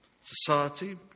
Society